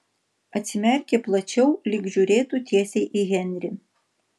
atsimerkė plačiau lyg žiūrėtų tiesiai į henrį